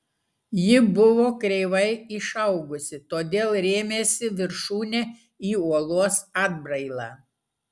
ji buvo kreivai išaugusi todėl rėmėsi viršūne į uolos atbrailą